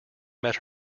met